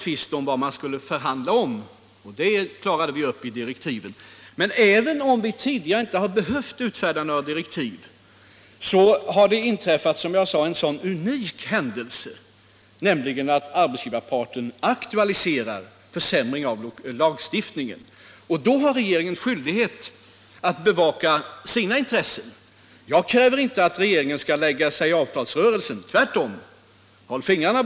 Statsrådet Johansson har nu i samband med en Frankrikeresa på ett uppseendeväckande sätt blandat sig i de förhandlingar som kraftföretagens gemensamt ägda bolag Svensk Kärnbränsleförsörjning AB för med det franska bolaget COGEMA -— en av de två parterna i United Reprocessors — och också enligt TT gett uttryck för uppfattningen att han bedömer det som omöjligt för kraftbolagen att träffa ett betryggande upparbetningsavtal i Frankrike och England.